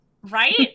Right